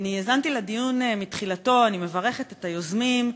אני האזנתי לדיון מתחילתו, אני מברכת את היוזמים.